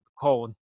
cold